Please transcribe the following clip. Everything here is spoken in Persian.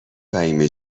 فهیمه